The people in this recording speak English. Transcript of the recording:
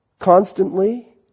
constantly